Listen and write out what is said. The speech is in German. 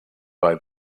bei